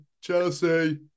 Chelsea